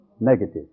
negative